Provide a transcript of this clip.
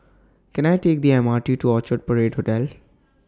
Can I Take The M R T to Orchard Parade Hotel